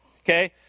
Okay